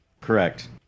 Correct